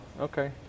okay